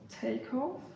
takeoff